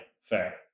fair